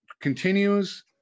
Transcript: continues